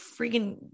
freaking